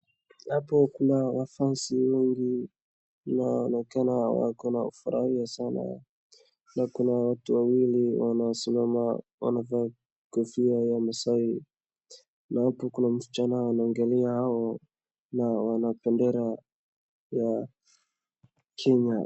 Hapo kuna mafansi wengi na wanaonekana wakifurahia sana. Na kuna watu wawili wanasimama, wanavaa kofia ya Masai. Na hapo kuna msichana anawaongelea hao na wana bendera ya Kenya.